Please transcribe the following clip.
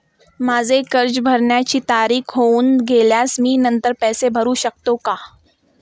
माझे कर्ज भरण्याची तारीख होऊन गेल्यास मी नंतर पैसे भरू शकतो का?